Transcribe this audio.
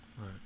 Right